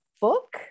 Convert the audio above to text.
book